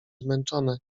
zmęczone